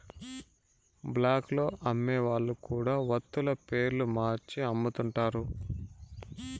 black లో అమ్మే వాళ్ళు కూడా వత్తుల పేర్లు మార్చి అమ్ముతుంటారు